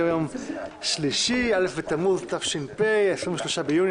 היום יום שלישי, א' בתמוז התש"ף, 23 ביוני